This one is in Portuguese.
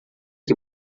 que